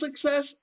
success